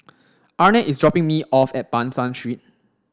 Arnett is dropping me off at Ban San Street